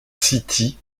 city